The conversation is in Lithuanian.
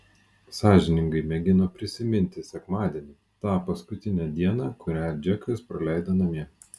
sąžiningai mėgino prisiminti sekmadienį tą paskutinę dieną kurią džekas praleido namie